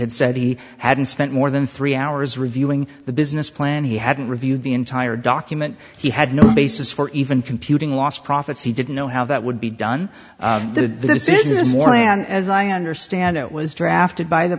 had said he hadn't spent more than three hours reviewing the business plan he hadn't reviewed the entire document he had no basis for even computing lost profits he didn't know how that would be done this is morning and as i understand it was drafted by the